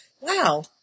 Wow